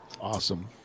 Awesome